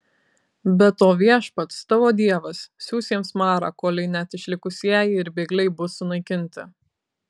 be to viešpats tavo dievas siųs jiems marą kolei net išlikusieji ir bėgliai bus sunaikinti